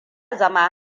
zama